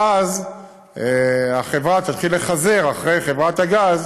ואז החברה תתחיל לחזר אחרי חברת הגז